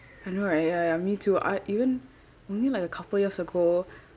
I know right ya ya me too I even only like a couple of years ago